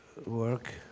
Work